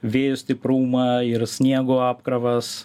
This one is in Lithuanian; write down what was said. vėjo stiprumą ir sniego apkrovas